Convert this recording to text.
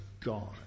gone